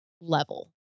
level